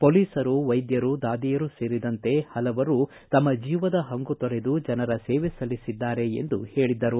ಪೊಲೀಸರು ವೈದ್ಯರು ದಾದಿಯರು ಸೇರಿದಂತೆ ಹಲವರು ತಮ್ಮ ಜೀವದ ಹಂಗು ತೊರೆದು ಜನರ ಸೇವೆ ಸಲ್ಲಿಸಿದ್ದಾರೆ ಎಂದು ಹೇಳಿದರು